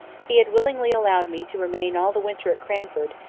he had willingly allowed me to remain all the winter at cranford,